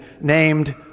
named